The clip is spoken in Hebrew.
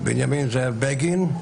בנימין זאב בגין,